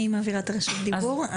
אני מעבירה את רשות הדיבור,